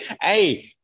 hey